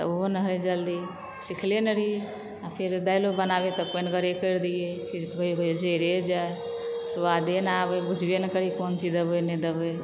त ओहो नहि होए जल्दी सीखले नहि रहिए फेर दाइलो बनाबीए तऽ पइनगरे कए दीए फेर कहियो कहियो जइरे जाइ स्वादे नहि आबय बुझबय नहि करिए की क़ोन चीज देबै नहि देबै